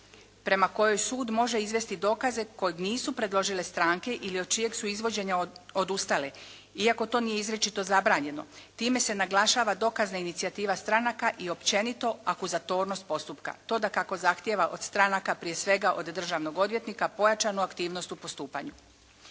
prema kojoj sud može izvesti dokaze kojeg nisu predložile stranke ili od čijeg su izvođenja odustale iako to nije izričito zabranjeno. Time se naglašava dokazna inicijativa stranaka i općenito akuzatornost postupka. To dakako zahtijeva od stranaka, prije svega od državnog odvjetnika pojačanu aktivnost u postupanju.